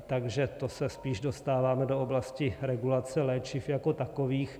Takže to se spíše dostáváme do oblasti regulace léčiv jako takových.